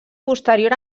posterior